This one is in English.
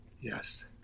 Yes